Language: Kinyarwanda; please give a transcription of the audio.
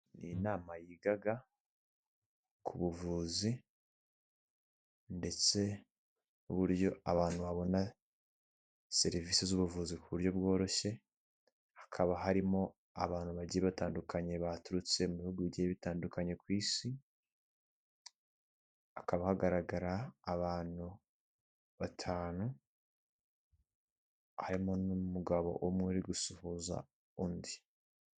Ni inama yigaga ku buvuzi ndetse n'uburyo abantu babona serivisi z'ubuvuzi ku buryo bworoshye hakaba harimo abantu bagiye batandukanye baturutse mu bihugu bike bitandukanye ku isi hakaba hagaragara abantu batanu harimo n'umugabo umwe uri gusuhuza undi.